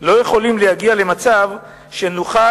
שאנחנו לא יכולים להגיע למצב שנוכל